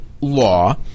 law